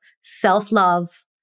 self-love